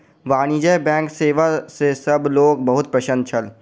वाणिज्य बैंकक सेवा सॅ सभ लोक बहुत प्रसन्न छल